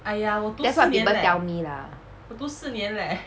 that's what people tell me lah